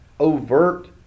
overt